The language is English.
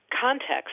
context